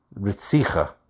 Ritzicha